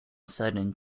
sudden